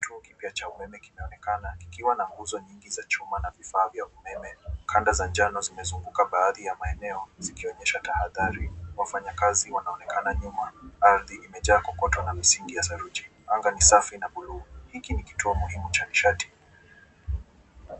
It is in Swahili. Kituo cha umeme kinaonekana kikiwa na nguzo nyingi za chuma na vifaa vya umeme. Kando za njano zimezunguka baadhi ya maeneo zikionyesha tahadhari. Wafanyakazi wanaonekana nyuma. Ardhi imejaa kokoto na misingi ya saruji. Anga ni safi na buluu. Hiki ni kituo muhimu cha nishati.